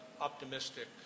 optimistic